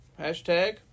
Hashtag